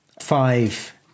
five